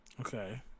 okay